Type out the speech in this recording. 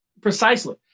Precisely